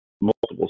multiple